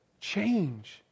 Change